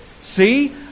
See